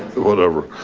whatever.